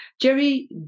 Jerry